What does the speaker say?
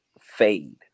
fade